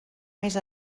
més